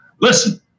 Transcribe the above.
Listen